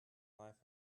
life